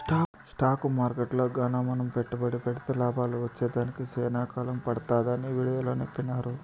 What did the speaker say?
stock మార్కెట్టులో గాన మనం పెట్టుబడి పెడితే లాభాలు వచ్చేదానికి సేనా కాలం పడతాదని వీడియోలో సెప్పినారు